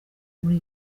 muri